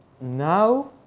now